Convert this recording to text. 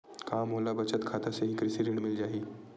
का मोला बचत खाता से ही कृषि ऋण मिल जाहि?